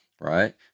right